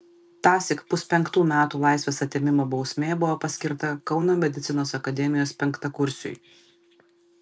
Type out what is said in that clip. tąsyk puspenktų metų laisvės atėmimo bausmė buvo paskirta kauno medicinos akademijos penktakursiui